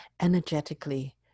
energetically